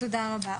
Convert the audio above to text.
אוקיי, תודה רבה.